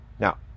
Now